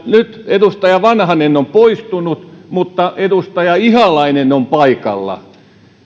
nyt edustaja vanhanen on poistunut mutta edustaja ihalainen on paikalla